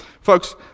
Folks